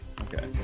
Okay